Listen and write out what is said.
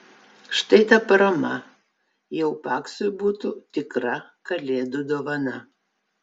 štai ta parama jau paksui būtų tikra kalėdų dovana